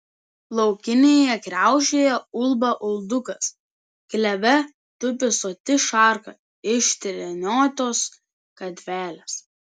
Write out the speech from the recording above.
laukinėje kriaušėje ulba uldukas kleve tupi soti šarka iš treniotos gatvelės